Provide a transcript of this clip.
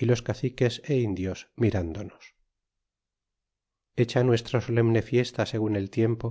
y los caciques é indios mirándonos y hecha nuestra solemne fiesta segun el tiempo